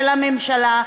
של הממשלה,